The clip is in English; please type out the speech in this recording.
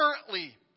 currently